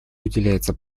уделяется